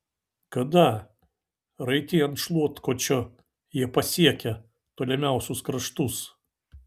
kada raiti ant šluotkočio jie pasiekią tolimiausius kraštus